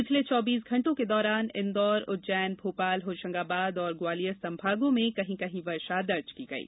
पिछले चौबीस घंटों के दौरान इंदौर उज्जैन भोपाल होशंगाबाद और ग्वालियर संभागों में कहीं कहीं वर्षा दर्ज की गई